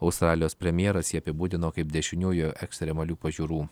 australijos premjeras jį apibūdino kaip dešiniųjų ekstremalių pažiūrų